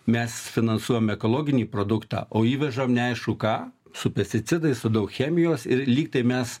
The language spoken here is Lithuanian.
mes finansuojam ekologinį produktą o įvežam neaišku ką su pesticidais su daug chemijos ir lyg tai mes